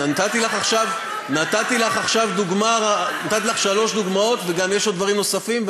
נתתי לך שלוש דוגמאות וגם יש עוד דברים נוספים.